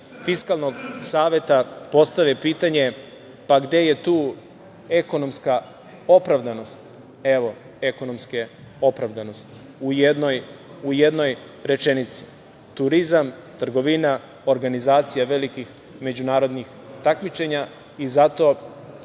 Fiskalnog saveta postave pitanje – gde je tu ekonomska opravdanost? Evo, ekonomske opravdanosti u jednoj rečenici - turizam, trgovina, organizacija velikih međunarodnih takmičenja. Zato,